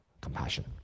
compassion